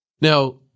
Now